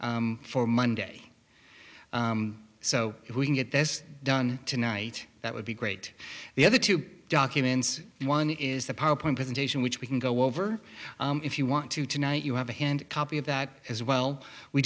for monday so we can get this done tonight that would be great the other two documents one is the powerpoint presentation which we can go over if you want to tonight you have a hand copy of that as well we